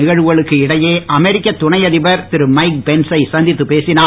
நிகழ்வுகளுக்கு இடையே அமெரிக்க துணை அதிபர் திரு மைக் பென்சை சந்தித்து பேசினார்